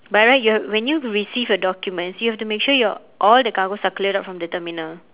by right you when you receive a document you have to make sure your all the cargos are cleared out from the terminal